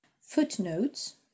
Footnotes